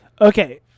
Okay